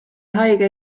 haige